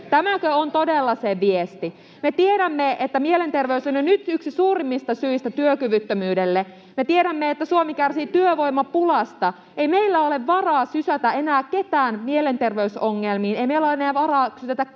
Tämäkö on todella se viesti? Me tiedämme, että mielenterveys on jo nyt yksi suurimmista syistä työkyvyttömyydelle. [Sari Sarkomaan välihuuto] Me tiedämme, että Suomi kärsii työvoimapulasta. Ei meillä ole varaa sysätä enää ketään mielenterveysongelmiin, ei meillä ole enää varaa sysätä ketään